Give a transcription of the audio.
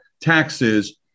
taxes